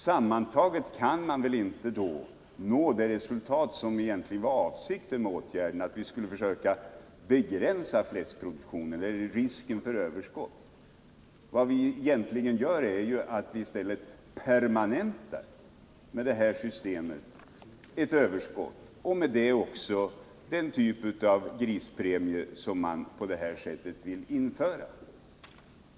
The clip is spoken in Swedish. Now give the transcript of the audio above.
Samtidigt kan man väl då inte nå det resultat som egentligen var avsikten med åtgärden, nämligen att försöka begränsa risken för överskott inom fläskproduktionen. Vad vi i stället gör är egentligen att vi med detta system permanentar ett överskott och därmed också den typ av grispremier som man vill införa.